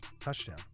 touchdown